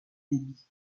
débit